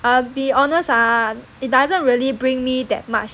I'll be honest ah it doesn't really bring me that much